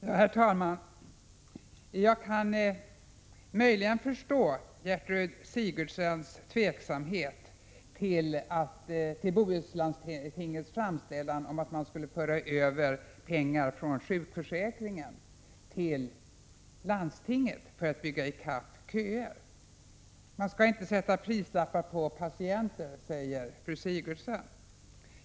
Herr talman! Jag kan möjligen förstå Gertrud Sigurdsens tveksamhet till Bohuslandstingets framställan om att man skulle föra över pengar från sjukförsäkringen till landstinget för att bygga i kapp köer. Man skall inte sätta prislappar på patienter, säger fru Sigurdsen.